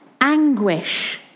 anguish